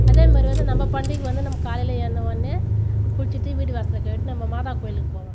அதேமாதிரி வந்து நம்ம பண்டிகை வந்து நம்ம காலையில் எழுந்த உடனே குளிச்சுட்டு வீடு வாசலை கழுவிட்டு நம்ம மாதா கோயிலுக்குப் போவோம்